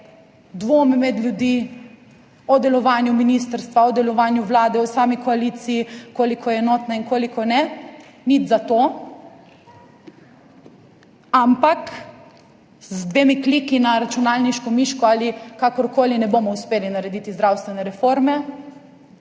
dvom med ljudi o delovanju ministrstva, o delovanju vlade, o sami koaliciji, koliko je enotna in koliko ne. Nič zato, ampak z dvema klikoma na računalniško miško ali kakorkoli ne bomo uspeli narediti zdravstvene reforme.